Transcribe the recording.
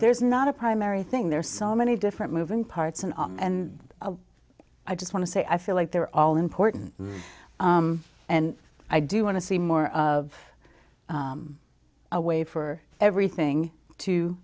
ere's not a primary thing there's so many different moving parts and and i just want to say i feel like they're all important and i do want to see more of a way for everything to